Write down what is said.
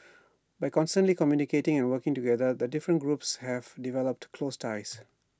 by constantly communicating and working together the different groups have developed close ties